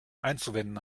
einzuwenden